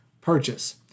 purchase